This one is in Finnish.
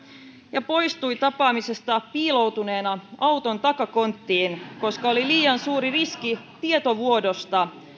ja poistui tapaamisesta piiloutuneena auton takakonttiin koska oli liian suuri riski tietovuodosta